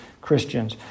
Christians